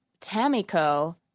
Tamiko